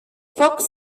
fox